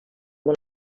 molt